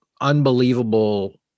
unbelievable